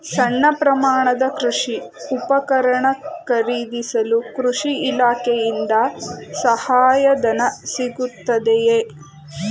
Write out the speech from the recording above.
ಸಣ್ಣ ಪ್ರಮಾಣದ ಕೃಷಿ ಉಪಕರಣ ಖರೀದಿಸಲು ಕೃಷಿ ಇಲಾಖೆಯಿಂದ ಸಹಾಯಧನ ಸಿಗುತ್ತದೆಯೇ?